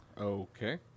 Okay